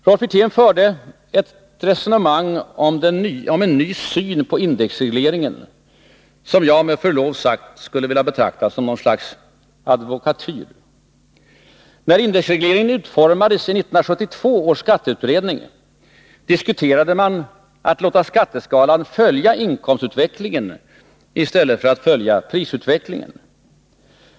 Rolf Wirtén förde ett resonemang om en ny syn på indexregleringen som jag med förlov sagt skulle vilja betrakta som något slags advokatyr. När indexregleringen utformades i 1972 års skatteutredning diskuterade man att låta skatteskalan följa inkomstutvecklingen i stället för att följa prisutvecklingen.